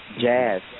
jazz